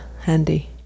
handy